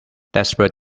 desperate